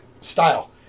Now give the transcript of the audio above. style